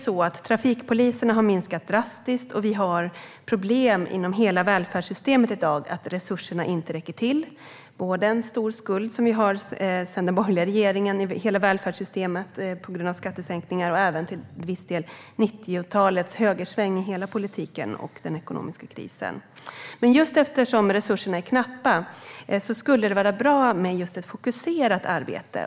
Antalet trafikpoliser har ju minskat drastiskt, och vi har i dag problem inom hela välfärdssystemet med att resurserna inte räcker till. Vi har en stor skuld i hela välfärdssystemet sedan den borgerliga regeringen, på grund av skattesänkningar. Till vis del beror detta också på 90-talets högersväng i hela politiken och på den ekonomiska krisen. Just eftersom resurserna är knappa skulle det vara bra med ett fokuserat arbete.